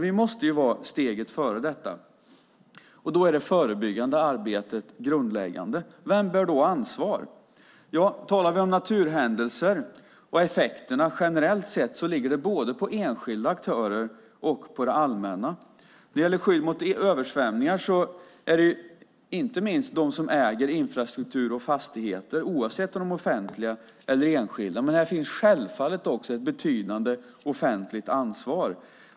Vi måste ligga steget före här. Då är det förebyggande arbetet grundläggande. Vem bär då ansvar? Talar vi om effekterna av naturhändelser generellt sätt ligger det både på enskilda aktörer och på det allmänna. När det gäller skyddet mot översvämningar är det inte minst de som äger infrastruktur och fastigheter, oavsett om de är offentliga eller enskilda, som bär ansvar. Men det finns självfallet också ett betydande offentligt ansvar.